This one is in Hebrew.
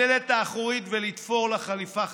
בדלת האחורית, ולתפור לה חליפה חדשה.